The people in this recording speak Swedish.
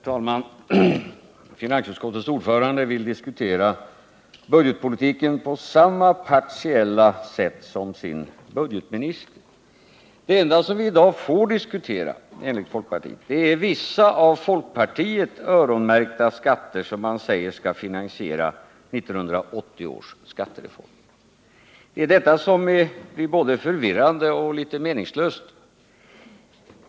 Herr talman! Finansutskottets ordförande vill diskutera budgetpolitiken på samma partiella sätt som sin budgetminister. Det enda som vi i dag får diskutera enligt folkpartiet är vissa av folkpartiet öronmärkta skatter som man säger skall finansiera 1980 års skattereform. Det är detta som är både förvillande och litet meningslöst.